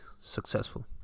successful